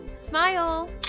Smile